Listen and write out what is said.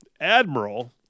Admiral